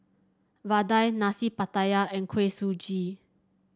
vadai Nasi Pattaya and Kuih Suji